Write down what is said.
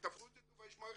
יש מערכת